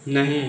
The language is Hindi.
नहीं